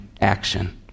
action